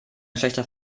schlechter